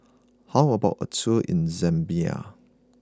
how about a tour in Zambia